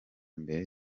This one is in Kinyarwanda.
mbere